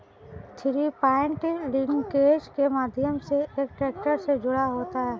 three point linkage के माध्यम से एक ट्रैक्टर से जुड़ा होता है